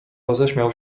roześmiał